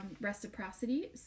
reciprocity